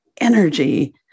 energy